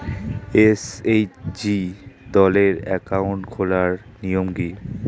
SHG দলের account খোলার নিয়ম কী?